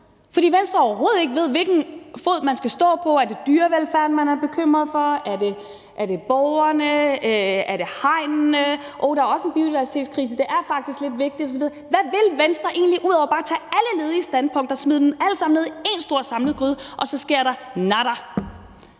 fordi Venstre overhovedet ikke ved, hvilket ben man skal stå på. Er det dyrevelfærden, man er bekymret for? Er det borgerne? Er det hegnene? Og hov, der er også en biodiversitetskrise; det er faktisk lidt vigtigt at få den løst. Hvad vil Venstre egentlig ud over bare at indtage alle ledige standpunkter og smide dem alle sammen samlet ned i en stor gryde – og så sker der nada?